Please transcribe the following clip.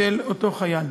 של אותו חייל.